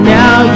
now